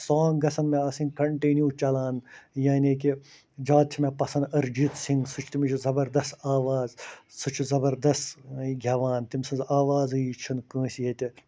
song گژھن مےٚ آسٕنۍ کَنٹِیوٗ چَلان یعنی کہِ زیادٕ چھِ مےٚ پَسند أرِجیٖت سِنگ سُہ چھُ تٔمِس چھُ زَبردس آوزا سُہ چھُ زبردس گٮ۪وان تٔمۍ سٕنز ہِش آوزٕے چھِنہٕ کٲنسہِ ییٚتہِ